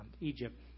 Egypt